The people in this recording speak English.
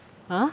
!huh!